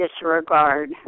disregard